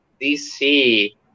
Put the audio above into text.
DC